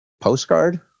postcard